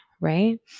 right